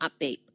upbeat